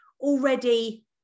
already